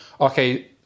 Okay